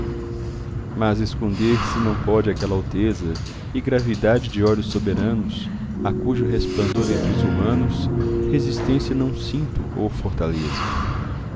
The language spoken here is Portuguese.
mas esconder se não pode aquela alteza e gravidade de olhos soberanos a cujo resplandor entre os humanos resistência não sinto ou fortaleza